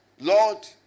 Lord